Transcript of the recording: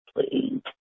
please